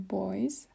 boys